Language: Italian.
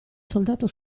soldato